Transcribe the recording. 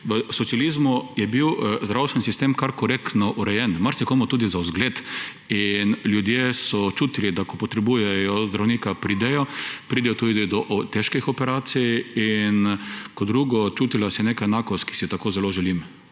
V socializmu je bil zdravstveni sistem kar korektno urejen, marsikomu tudi za zgled. In ljudje so čutili, da ko potrebujejo zdravnika, pridejo tudi do težkih operacij. In kot drugo, čutila se je neka enakost, ki si jo tako zelo želim.